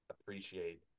appreciate